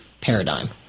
paradigm